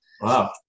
Wow